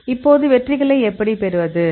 இப்போது வெற்றிகளைப் பெறுவது எப்படி